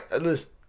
listen